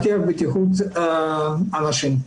על תקנות דיור מוגן היא להבטיח בטיחות אנשים.